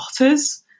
otters